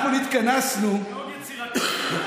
מאוד יצירתי.